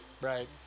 Right